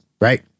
right